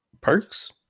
Perks